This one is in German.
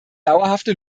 dauerhafte